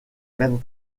mêmes